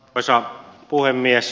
arvoisa puhemies